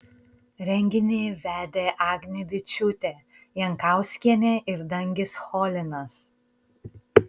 renginį vedė agnė byčiūtė jankauskienė ir dangis cholinas